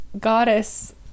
goddess